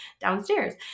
downstairs